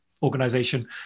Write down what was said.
organization